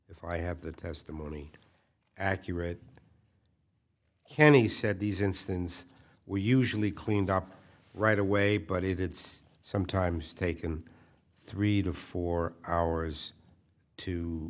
if i have the testimony accurate him he said these instances we usually cleaned up right away but it's sometimes taken three to four hours to